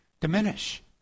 diminish